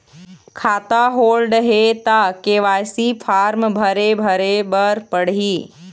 खाता होल्ड हे ता के.वाई.सी फार्म भरे भरे बर पड़ही?